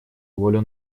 волю